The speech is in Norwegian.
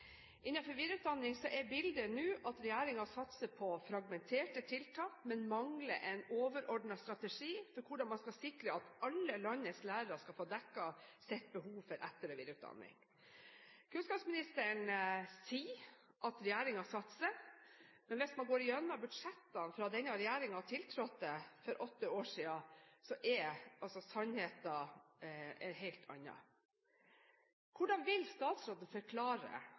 er bildet nå at regjeringen satser på fragmenterte tiltak, men mangler en overordnet strategi for hvordan man skal sikre at alle landets lærere skal få dekket sitt behov for etter- og videreutdanning. Kunnskapsministeren sier at regjeringen satser. Men hvis man går igjennom budsjettene fra denne regjeringen tiltrådte for åtte år siden, ser man at sannheten er en helt annen. Hvordan vil statsråden forklare